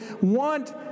want